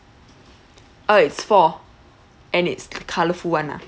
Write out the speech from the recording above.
uh it's four and it's c~ colorful [one] lah